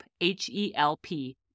H-E-L-P